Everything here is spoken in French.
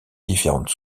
différentes